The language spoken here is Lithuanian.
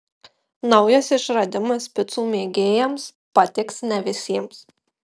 naujas išradimas picų mėgėjams patiks ne visiems